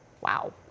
Wow